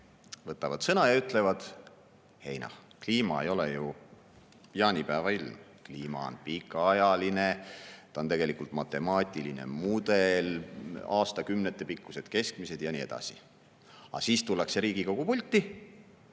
võtavad sõna ja ütlevad, et ei noh, kliima ei ole ju jaanipäeva ilm, kliima on pikaajaline, see on tegelikult matemaatiline mudel, aastakümnete keskmised ja nii edasi. Aga siis tullakse Riigikogu pulti